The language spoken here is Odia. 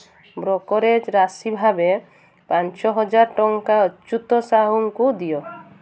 ବ୍ରୋକରେଜ୍ ରାଶି ଭାବେ ପାଞ୍ଚହଜାର ଟଙ୍କା ଅଚ୍ୟୁତ ସାହୁଙ୍କୁ ଦିଅ